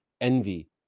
envy